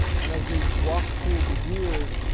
and as you walk through the years,